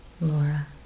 Laura